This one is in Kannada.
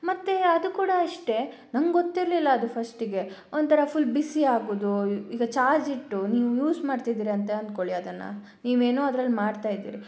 ಮತ್ತೆ ಅದು ಕೂಡ ಅಷ್ಟೆ ನಂಗೊತ್ತಿರ್ಲಿಲ್ಲ ಅದು ಫಸ್ಟಿಗೆ ಒಂಥರ ಫುಲ್ ಬಿಸಿ ಆಗುವುದು ಈಗ ಚಾರ್ಜ್ ಇಟ್ಟು ನೀವು ಯೂಸ್ ಮಾಡ್ತಿದ್ದೀರ ಅಂತ ಅಂದುಕೊಳ್ಳಿ ಅದನ್ನು ನೀವೇನೋ ಅದರಲ್ಲಿ ಮಾಡ್ತಾ ಇದ್ದೀರಿ